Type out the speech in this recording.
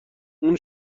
اون